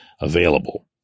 available